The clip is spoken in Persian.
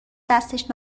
دستش